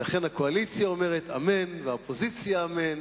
ולכן הקואליציה אומרת "אמן" והאופוזיציה, "אמן",